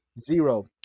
zero